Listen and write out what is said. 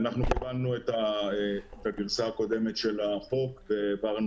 קיבלנו את הגרסה הקודמת של החוק והעברנו